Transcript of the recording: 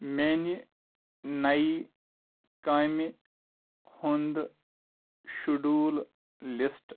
میانہِ نَیہِ کامہِ ہُند شڈوٗل لسٹہٕ